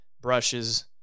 brushes